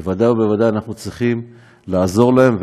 ודאי וודאי אנחנו צריכים לעזור להם,